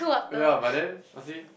ya but then I see